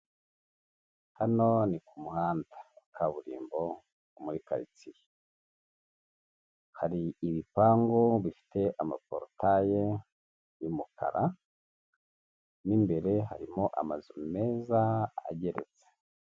Hano ni kumuhanda wa kaburimbo muri karitsiye hari ibipangu bifite amaporotayi y'umukara mo imbere harimo amazu meza ageretse.